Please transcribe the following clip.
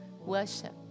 Worship